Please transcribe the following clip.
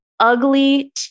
ugly